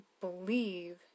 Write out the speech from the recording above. believe